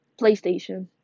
PlayStation